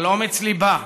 אבל אומץ ליבה,